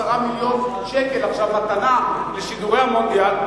10 מיליוני שקלים עכשיו מתנה לשידורי המונדיאל.